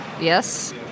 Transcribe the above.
Yes